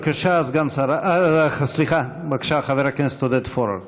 בבקשה, חבר הכנסת עודד פורר.